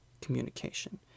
communication